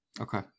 okay